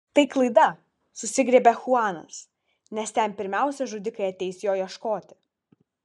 tai klaida susigriebė chuanas nes ten pirmiausia žudikai ateis jo ieškoti